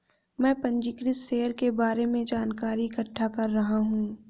मैं पंजीकृत शेयर के बारे में जानकारी इकट्ठा कर रहा हूँ